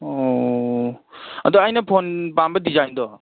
ꯑꯣ ꯑꯗꯣ ꯑꯩꯅ ꯐꯣꯟ ꯄꯥꯝꯕ ꯗꯤꯖꯥꯏꯟꯗꯣ